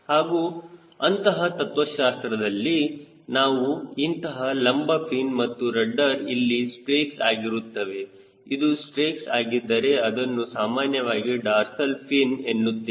ಹಾಗೂ ಅಂತಹ ತತ್ವಶಾಸ್ತ್ರದಲ್ಲಿ ನಾವು ಇಂತಹ ಲಂಬ ಫಿನ್ ಮತ್ತು ರಡ್ಡರ್ ಇಲ್ಲಿ ಸ್ಟ್ರೇಕ್ಸ್ ಆಗಿರುತ್ತವೆ ಇದು ಸ್ಟ್ರೇಕ್ಸ್ ಆಗಿದ್ದರೆ ಅದನ್ನು ಸಾಮಾನ್ಯವಾಗಿ ಡಾರ್ಸಲ್ ಫಿನ್ ಎನ್ನುತ್ತೇವೆ